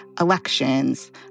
elections